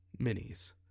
minis